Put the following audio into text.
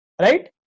right